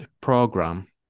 program